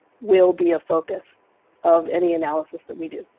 will be a focus of any analysis that we do.